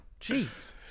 Jeez